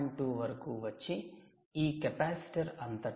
2 వరకు వచ్చి ఈ కెపాసిటర్ అంతటా 3